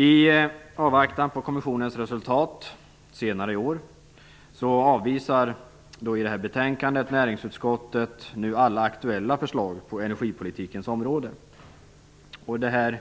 I avvaktan på kommissionens resultat senare i år avvisar näringsutskottet nu alla aktuella förslag på energipolitikens område. Det är